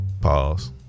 Pause